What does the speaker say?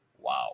Wow